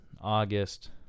August